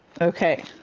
Okay